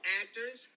actors